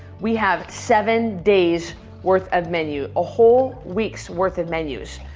we have seven days worth of menu. a whole week's worth of menus.